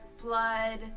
blood